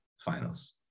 finals